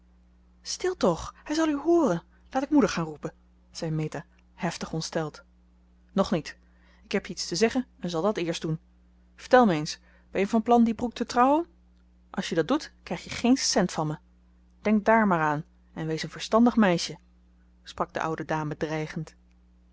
stil toch hij zal u hooren laat ik moeder gaan roepen zei meta hevig ontsteld nog niet ik heb je iets te zeggen en zal dat eerst doen vertel m eens ben je van plan dien brooke te trouwen als je dat doet krijg je geen cent van me denk daar maar aan en wees een verstandig meisje sprak de oude dame dreigend